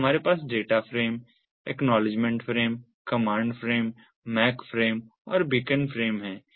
तो हमारे पास data frame acknowledgement frame command frame MAC frame और बीकन फ्रेम है